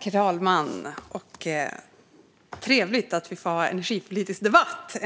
Herr talman! Det är trevligt att vi äntligen får ha en energipolitisk debatt.